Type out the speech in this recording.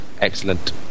Excellent